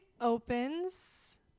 opens